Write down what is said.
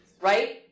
right